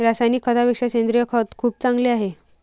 रासायनिक खतापेक्षा सेंद्रिय खत खूप चांगले आहे